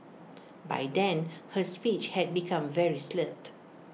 by then her speech had become very slurred